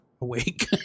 awake